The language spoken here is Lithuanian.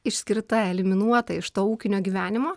išskirta eliminuota iš to ūkinio gyvenimo